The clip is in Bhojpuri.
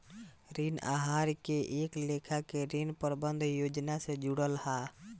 ऋण आहार एक लेखा के ऋण प्रबंधन योजना से जुड़ल हा